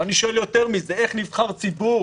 ואני שואל יותר מזה, איך נבחר ציבור